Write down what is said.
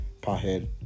pothead